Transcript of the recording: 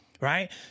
Right